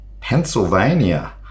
Pennsylvania